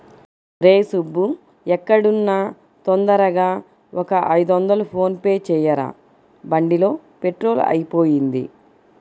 రేయ్ సుబ్బూ ఎక్కడున్నా తొందరగా ఒక ఐదొందలు ఫోన్ పే చెయ్యరా, బండిలో పెట్రోలు అయిపొయింది